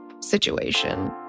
situation